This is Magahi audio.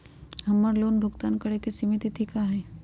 हमर लोन भुगतान करे के सिमित तिथि का हई?